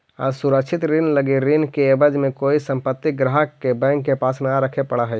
असुरक्षित ऋण लगी ऋण के एवज में कोई संपत्ति ग्राहक के बैंक के पास न रखे पड़ऽ हइ